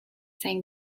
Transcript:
saying